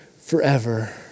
forever